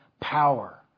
power